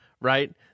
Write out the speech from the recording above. right